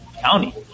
county